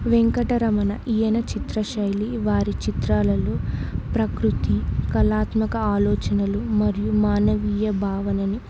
వెంకటరమణ ఈయన చిత్ర శైలి వారి చిత్రాలలో ప్రకృతి కళాత్మక ఆలోచనలు మరియు మానవీయ భావనని